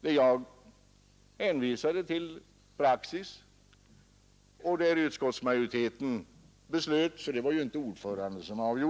Jag hänvisade till praxis, och utskottsmajoriteten — inte ordföranden — beslöt att vägra.